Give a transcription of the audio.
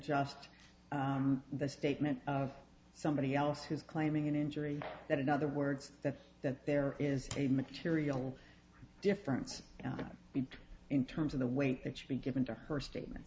just the statement of somebody else who's claiming an injury that in other words that's that there is a material difference between in terms of the way it should be given to her statement